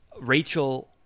Rachel